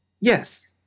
Yes